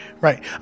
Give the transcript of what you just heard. right